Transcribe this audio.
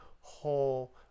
whole